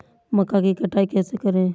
मक्का की कटाई कैसे करें?